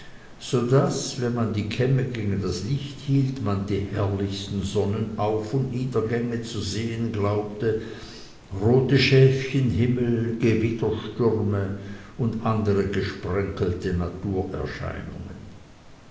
so daß wenn man die kämme gegen das licht hielt man die herrlichsten sonnenauf und niedergänge zu sehen glaubte rote schäfchenhimmel gewitterstürme und andere gesprenkelte naturerscheinungen